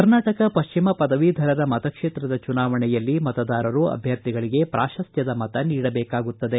ಕರ್ನಾಟಕ ಪಶ್ಚಿಮ ಪದವೀಧರರ ಮತಕ್ಷೇತ್ರದ ಚುನಾವಣೆಯಲ್ಲಿ ಮತದಾರರು ಅಭ್ಯರ್ಥಿಗಳಿಗೆ ಪಾಶಸ್ತ್ರದ ಮತ ನೀಡಬೇಕಾಗುತ್ತದೆ